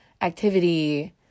activity